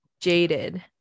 Jaded